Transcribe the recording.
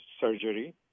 surgery